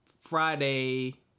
Friday